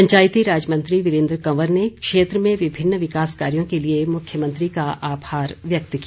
पंचायती राज मंत्री वीरेन्द्र कंवर ने क्षेत्र में विभिन्न विकास कार्यों के लिए मुख्यमंत्री का आभार व्यक्त किया